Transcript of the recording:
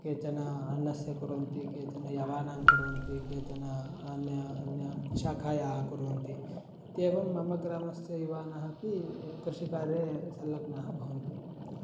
केचन अन्नस्य कुर्वन्ति केचन यवानां कुर्वन्ति केचन अन्य अन्यम् शाखायाः कुर्वन्ति इत्येवं मम ग्रामस्य युवानः अपि कृषिकार्ये सँल्लग्नाः भवन्ति